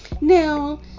now